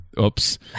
oops